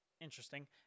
interesting